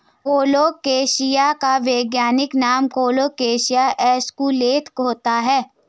colocasia का वैज्ञानिक नाम कोलोकेशिया एस्कुलेंता होता है